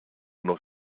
noch